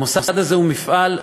המוסד הזה הוא מפעל,